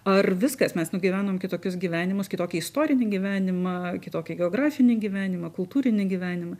ar viskas mes nugyvenom kitokius gyvenimus kitokį istorinį gyvenimą kitokį geografinį gyvenimą kultūrinį gyvenimą